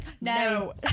No